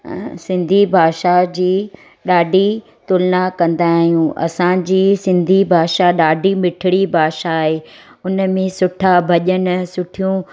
सिंधी भाषा जी ॾाढी तुलना कंदा आहियूं असांजी सिंधी भाषा ॾाढी मिठिड़ी भाषा आहे हुन में सुठा भॼन सुठियूं